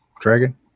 dragon